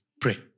Pray